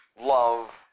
love